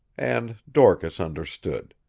and dorcas understood.